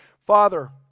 Father